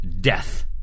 death